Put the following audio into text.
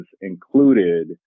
included